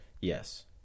Yes